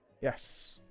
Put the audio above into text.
Yes